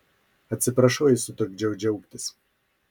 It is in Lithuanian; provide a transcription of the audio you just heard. atsiprašau jei sutrukdžiau džiaugtis